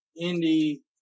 Indy